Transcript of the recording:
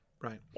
Right